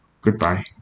goodbye